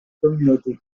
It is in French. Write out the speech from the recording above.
communauté